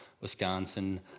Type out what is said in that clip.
wisconsin